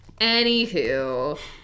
Anywho